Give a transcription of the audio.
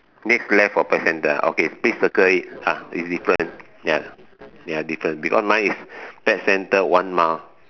next left of pet centre okay please circle it ah it's different ya ya different because mine is pet centre one mile